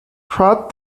prod